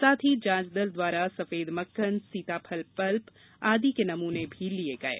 साथ ही जाँच दल द्वारा सफेद मक्खनसीताफल पल्प आदि के नमूने भी लिए गये